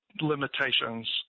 limitations